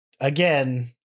Again